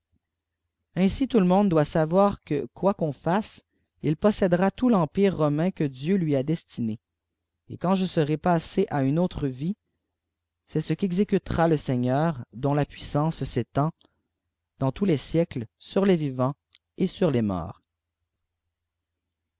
ainsi tout le monde doit savoir que juoi qu'on fasse il postera tout l'empire romain que dieu lui a destmé et quand je serai passé exécutera le seigneur dont la puissance sur les vivants et sur les morts